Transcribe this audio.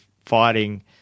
fighting –